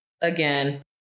again